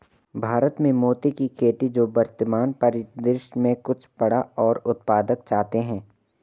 भारत में मोती की खेती जो वर्तमान परिदृश्य में कुछ बड़ा और उत्पादक चाहते हैं